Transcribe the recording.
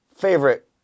favorite